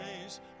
days